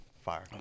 Fire